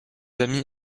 amis